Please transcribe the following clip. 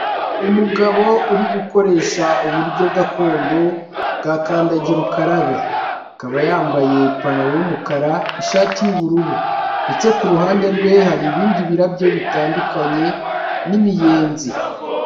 Umugabo uri gukoresha uburyo gakondo bwa kandagira ukarabe akaba yambaye ipantaro y'umukara ishati y'ubururu ndetse kuruhande rwe hari ibindi birabyo bitandukanye n'imiyenzi.